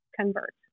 convert